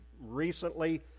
recently